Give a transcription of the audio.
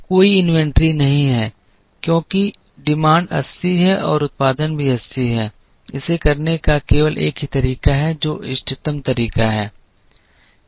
कोई इन्वेंट्री नहीं है क्योंकि मांग 80 है उत्पादन भी 80 है इसे करने का केवल एक ही तरीका है जो इष्टतम तरीका है